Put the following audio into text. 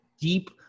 deep